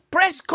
Press